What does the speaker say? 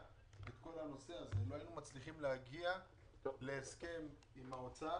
את כל הנושא הזה לא היינו מצליחים להגיע להסכם עם האוצר